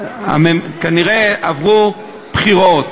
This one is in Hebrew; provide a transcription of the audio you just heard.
כנראה בשל הבחירות,